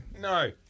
No